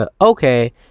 okay